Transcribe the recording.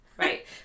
Right